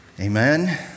amen